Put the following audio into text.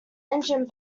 engine